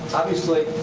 obviously,